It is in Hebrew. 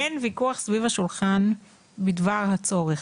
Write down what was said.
חשוב להבהיר, אין ויכוח סביב השולחן בדבר הצורך.